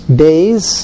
days